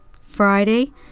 Friday